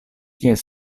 chiede